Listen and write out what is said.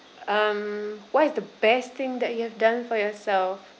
um what is the best thing that you have done for yourself